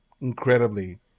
incredibly